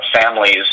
families